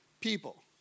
people